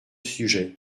sujet